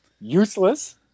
useless